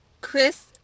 Chris